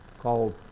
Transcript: called